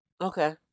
Okay